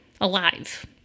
alive